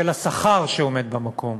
של השכר שעומד במקום,